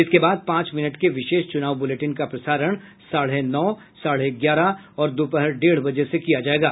इसके बाद पांच मिनट के विशेष चुनाव बुलेटिन का प्रसारण साढ़े नौ साढ़े ग्यारह और दोपहर डेढ़ बजे से किया जायेगा